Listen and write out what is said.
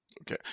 Okay